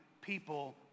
people